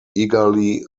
eagerly